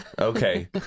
okay